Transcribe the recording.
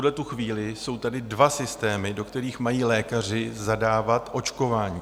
V tuhle chvíli jsou tady dva systémy, do kterých mají lékaři zadávat očkování.